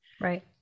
Right